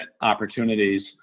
opportunities